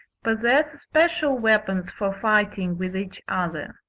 possess special weapons for fighting with each other.